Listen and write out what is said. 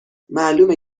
معلومه